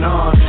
on